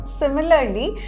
similarly